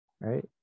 right